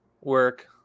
work